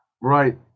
right